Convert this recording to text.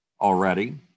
already